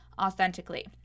authentically